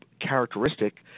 characteristic